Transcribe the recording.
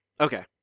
Okay